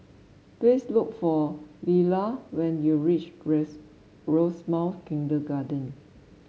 please look for Lella when you reach grace Rosemount Kindergarten